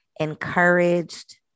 encouraged